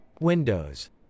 Windows